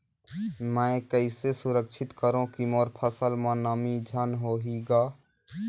मैं कइसे सुरक्षित करो की मोर फसल म नमी झन होही ग?